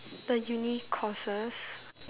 the uni courses